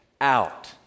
out